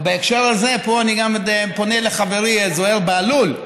בהקשר הזה אני פונה גם אל חברי זוהיר בהלול: